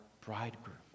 bridegroom